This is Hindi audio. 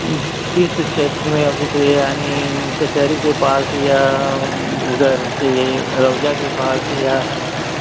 किस क्षेत्र में आपको चाहिए यानि कचहरी के पास या उधर चाहिए अरवजा के पास या